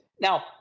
Now